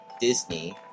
disney